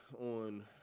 on